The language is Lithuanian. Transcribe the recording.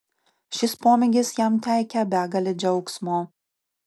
šis pomėgis jam teikia begalę džiaugsmo